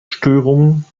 störungen